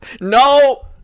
No